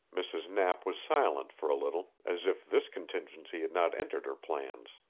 mrs. knapp was silent for a little, as if this contingency had not entered her plans.